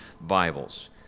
Bibles